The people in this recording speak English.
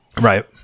right